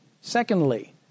Secondly